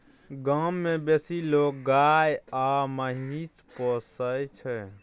गाम मे बेसी लोक गाय आ महिष पोसय छै